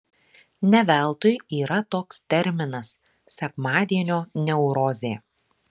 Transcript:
ne veltui yra toks terminas sekmadienio neurozė